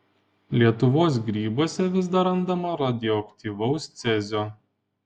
lietuvos grybuose vis dar randama radioaktyvaus cezio